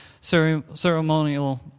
ceremonial